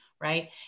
Right